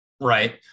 Right